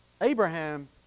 Abraham